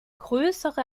grössere